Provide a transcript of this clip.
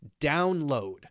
download